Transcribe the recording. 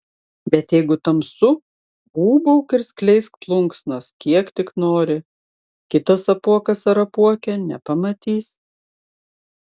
bet jeigu tamsu ūbauk ir skleisk plunksnas kiek tik nori kitas apuokas ar apuokė nepamatys